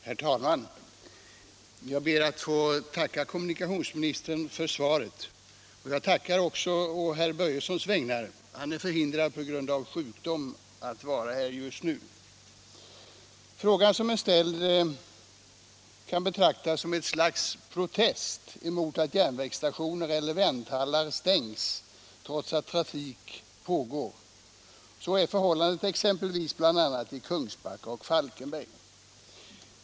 Herr talman! Jag ber att få tacka kommunikationsministern för svaret på de båda frågorna. Jag tackar också å herr Börjessons i Falköping vägnar, då denne på grund av sjukdom är förhindrad att vara här just nu. Att denna frågeställning tagits upp här kan betraktas som ett slags protest mot att järnvägsstationer eller vänthallar stängs trots att persontrafik pågår. Så är förhållandet bl.a. i Kungsbacka och Falkenberg.